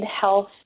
health